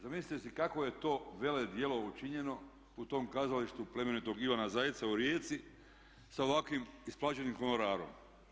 Zamislite si kakvo je to veledjelo učinjeno u tom kazalištu Plemenitog Ivana Zajca u Rijeci sa ovakvim isplaćenim honorarom?